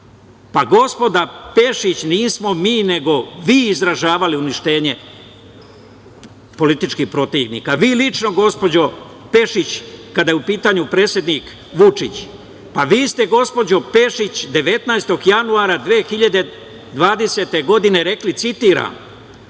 Pa gospođo Pešić, nismo mi, nego vi izražavali uništenje političkih protivnika. Vi lično gospođo Pešić, kada je u pitanju predsednik Vučić. Pa, vi ste gospođo Pešić 19. januara 2020. godine rekli, citiram